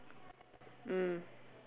mm